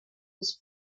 was